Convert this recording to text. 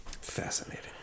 Fascinating